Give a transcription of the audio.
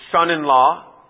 son-in-law